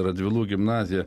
radvilų gimnazija